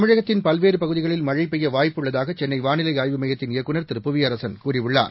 தமிழகத்தின் பல்வேறு பகுதிகளில் மழை பெய்ய வாய்ப்பு உள்ளதாக சென்னை வாளிலை ஆய்வு மையத்தின் இயக்குநர் திரு புவியரசன் கூறியுள்ளார்